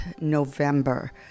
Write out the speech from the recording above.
November